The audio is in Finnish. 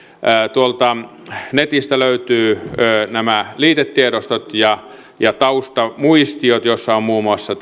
tuolta netistä löytyvät nämä liitetiedostot ja ja taustamuistiot joissa on muun muassa